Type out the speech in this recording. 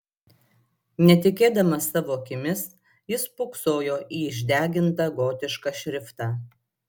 netikėdamas savo akimis jis spoksojo į išdegintą gotišką šriftą